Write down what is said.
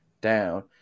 down